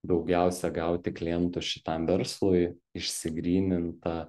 daugiausia gauti klientų šitam verslui išsigryninta